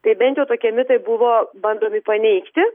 tai bent jau tokie mitai buvo bandomi paneigti